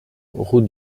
route